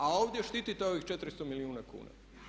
A ovdje štitite ovih 400 milijuna kuna.